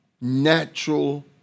natural